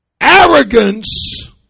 Arrogance